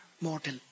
mortal